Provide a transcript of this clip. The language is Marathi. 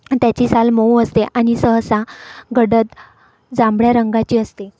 त्याची साल मऊ असते आणि सहसा गडद जांभळ्या रंगाची असते